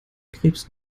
krebs